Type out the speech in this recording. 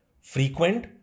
frequent